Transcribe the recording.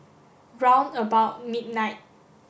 round about midnight